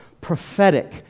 prophetic